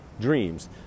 DREAMS